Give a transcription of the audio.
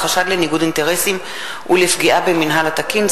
וחשד לניגוד אינטרסים ולפגיעה במינהל התקין",